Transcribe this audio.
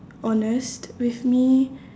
honest with me